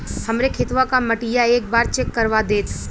हमरे खेतवा क मटीया एक बार चेक करवा देत?